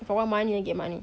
if I want money I get money